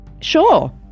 Sure